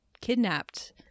kidnapped